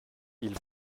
ils